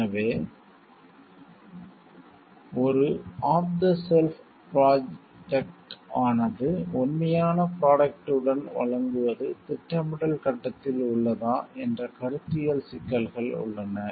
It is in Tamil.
எனவே ஆனது ஒரு ஆஃப் தி ஷெல்ஃப் ப்ரொடக்ட் ஆனது உண்மையான ப்ரொடக்ட் உடன் வழங்குவது திட்டமிடல் கட்டத்தில் உள்ளதா என்ற கருத்தியல் சிக்கல்கள்உள்ளன